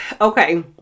Okay